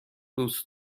دوست